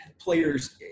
players